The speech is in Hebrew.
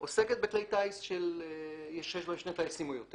עוסקת בכלי טיס שיש בהם שני טייסים או יותר